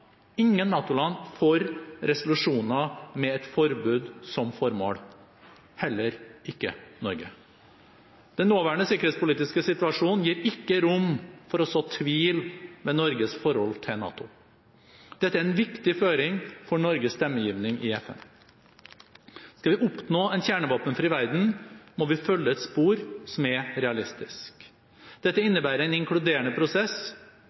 ingen – for resolusjoner med et forbud som formål, heller ikke Norge. Den nåværende sikkerhetspolitiske situasjonen gir ikke rom for å så tvil om Norges forhold til NATO. Dette er en viktig føring for Norges stemmegivning i FN. Skal vi oppnå en kjernevåpenfri verden, må vi følge et spor som er realistisk. Dette innebærer en inkluderende prosess,